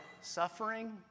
suffering